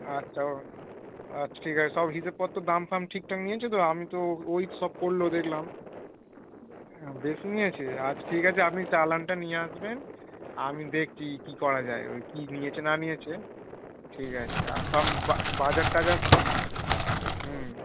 আচ্ছা ও আচ্ছা ঠিক আছে সব হিসেব পত্ত দাম সাম ঠিকঠাক নিয়েছে তো আমি তো ও ওই সব করলো দেখলাম হ্যাঁ বেশি নিয়েছে আচ্ছা ঠিক আছে আপনি চালানটা নিয়ে আসবেন আমি দেখছি কী করা যায় ওই কী নিয়েছে না নিয়েছে ঠিক আছে আর বাজার টাজার সব হুম